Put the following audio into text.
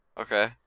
Okay